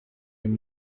این